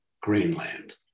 Greenland